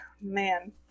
man